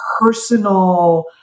personal